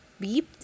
beeped